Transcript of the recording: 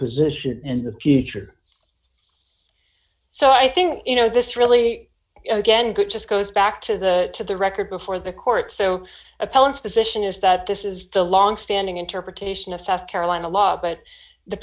position and the teacher so i think you know this really again good just goes back to the to the record before the court so appellants decision is that this is the longstanding interpretation of south carolina law but the